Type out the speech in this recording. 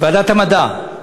ועדת המדע.